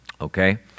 Okay